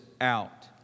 out